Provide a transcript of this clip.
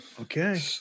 Okay